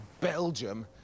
Belgium